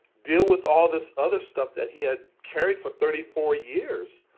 deal with all this other stuff that he had carried for thirty four years.